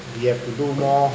we have to do more